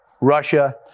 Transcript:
Russia